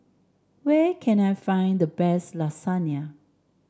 where can I find the best Lasagne